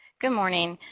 good morning!